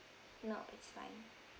no it's fine